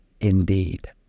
indeed